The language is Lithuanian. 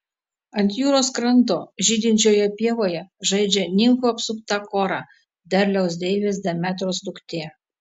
ant jūros kranto žydinčioje pievoje žaidžia nimfų apsupta kora derliaus deivės demetros duktė